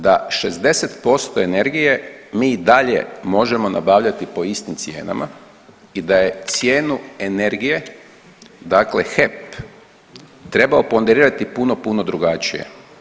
Da 60% energije mi i dalje možemo nabavljati po istim cijenama i da je cijenu energije, dakle HEP trebao ponderirati puno, puno drugačije.